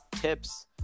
tips